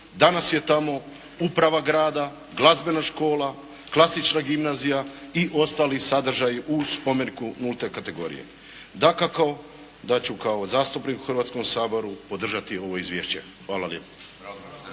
Danas je tamo uprava grada, glazbena škola, klasična gimnazija i ostali sadržaji u spomeniku nulte kategorije. Dakako da ću kao zastupnik u Hrvatskom saboru podržati ovo izvješće. Hvala lijepa.